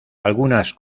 algunas